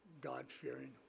god-fearing